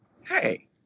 hey